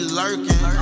lurking